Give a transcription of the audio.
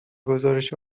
گزارش